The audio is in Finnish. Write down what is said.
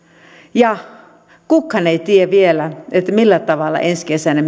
ja kukaan ei tiedä vielä millä tavalla ensi kesänä